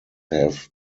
have